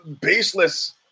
baseless